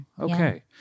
Okay